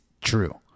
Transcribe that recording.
true